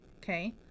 Okay